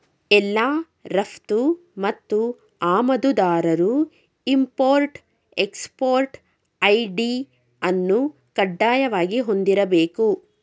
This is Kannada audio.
ಎಲ್ಲಾ ರಫ್ತು ಮತ್ತು ಆಮದುದಾರರು ಇಂಪೊರ್ಟ್ ಎಕ್ಸ್ಪೊರ್ಟ್ ಐ.ಡಿ ಅನ್ನು ಕಡ್ಡಾಯವಾಗಿ ಹೊಂದಿರಬೇಕು